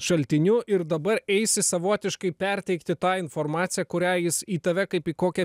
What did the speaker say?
šaltiniu ir dabar eisi savotiškai perteikti tą informaciją kurią jis į tave kaip į kokią